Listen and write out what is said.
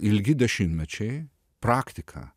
ilgi dešimtmečiai praktika